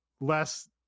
less